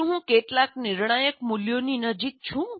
શું હું કેટલાક નિર્ણાયક મૂલ્યોની નજીક છું